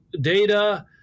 data